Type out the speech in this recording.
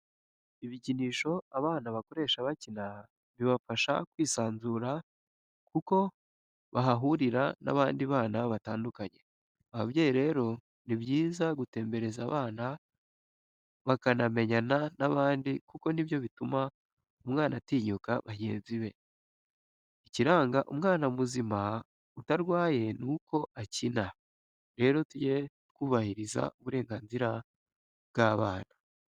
Ibikinisho abana bakoresha bakina bibafasha kwisanzura kuko bahahurira n'abandi bana batandukanye, babyeyi rero ni byiza gutembereza abana bakanamenyana n'abandi kuko ni byo bituma umwana atinyuka bagenzi be. Ikiranga umwana muzima utarwaye ni uko akina, rero tujye twubahiriza uburenganzira bw'abana.